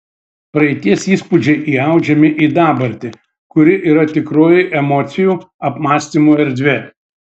praeities įspūdžiai įaudžiami į dabartį kuri yra tikroji emocijų apmąstymų erdvė